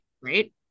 right